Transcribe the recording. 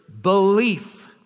belief